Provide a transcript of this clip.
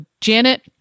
Janet